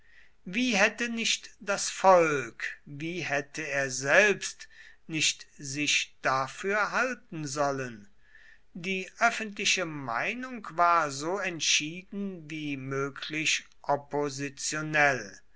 wie hätte nicht das volk wie hätte er selbst nicht sich dafür halten sollen die öffentliche meinung war so entschieden wie möglich oppositionell